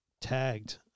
tagged